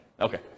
Okay